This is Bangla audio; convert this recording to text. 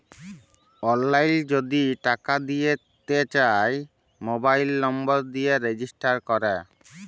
অললাইল যদি টাকা দিতে চায় মবাইল লম্বর দিয়ে রেজিস্টার ক্যরে